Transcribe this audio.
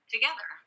Together